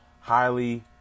highly